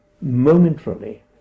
momentarily